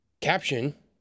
caption